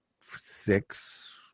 six